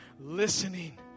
listening